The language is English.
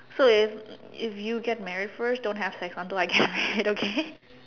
so if if you get married first don't have sex until I get married okay